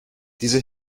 diese